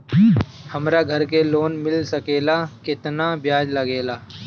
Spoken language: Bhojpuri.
हमरा घर के लोन मिल सकेला केतना ब्याज लागेला?